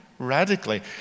radically